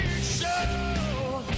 Show